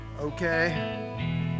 okay